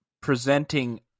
presenting